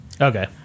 Okay